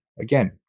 again